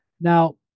Now